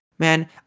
Man